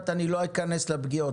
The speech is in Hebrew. ברי רוזנברג, בנק לאומי, בבקשה.